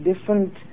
different